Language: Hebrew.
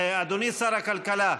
אדוני שר הכלכלה.